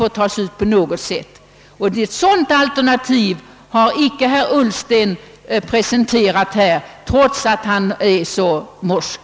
Herr Ullsten har inte presenterat något alternativ till vårt finansieringsförslag, trots att han är så morsk.